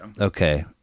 Okay